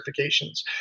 certifications